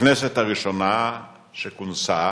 הכנסת הראשונה שכונסה